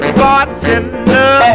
bartender